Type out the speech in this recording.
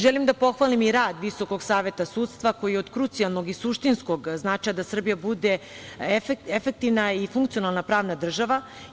Želim da pohvalim rad Visokog saveta sudstva, koji je od krucijalnog i suštinskog značaja da Srbija bude efektivna i funkcionalna pravna država.